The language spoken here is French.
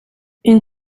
une